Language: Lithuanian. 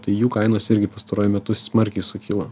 tai jų kainos irgi pastaruoju metu smarkiai sukilo